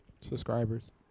Subscribers